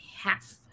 half